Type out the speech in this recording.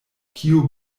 kio